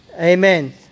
Amen